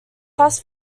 thus